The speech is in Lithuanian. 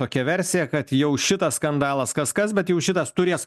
tokia versija kad jau šitas skandalas kas kas bet jau šitas turės